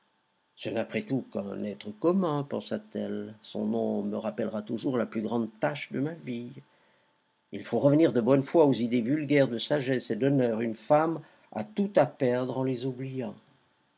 ce n'est après tout qu'un être commun pensait-elle son nom me rappellera toujours la plus grande tache de ma vie il faut revenir de bonne foi aux idées vulgaires de sagesse et d'honneur une femme a tout à perdre en les oubliant